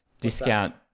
discount